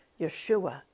Yeshua